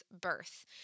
birth